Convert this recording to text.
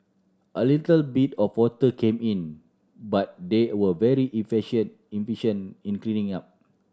a little bit of water came in but they were very efficient efficient in cleaning up